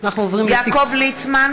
יעקב ליצמן,